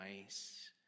nice